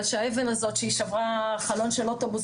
שהאבן הזאת שהיא שברה חלון של אוטובוס,